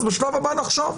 אז בשלב הבא נחשוב.